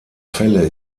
fälle